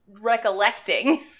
recollecting